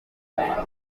interineti